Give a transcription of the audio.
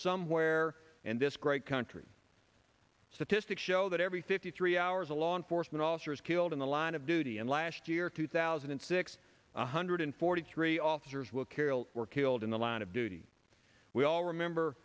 somewhere in this great country statistics show that every fifty three hours a law enforcement officers killed in the line of duty and last year two thousand and six one hundred forty three officers were carol were killed in the line of duty we all remember